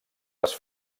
les